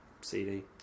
CD